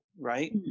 right